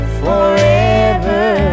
forever